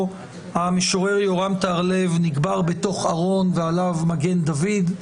המשורר יורם טהרלב נקבר בתוך ארון ועליו מגן דוד.